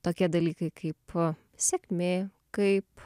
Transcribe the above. tokie dalykai kaipo sėkmė kaip